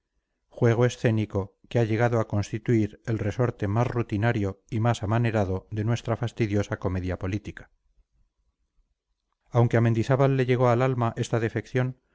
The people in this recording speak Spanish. juego escénico que ha llegado a constituir el resorte más rutinario y más amanerado de nuestra fastidiosa comedia política aunque a mendizábal le llegó al alma esta defección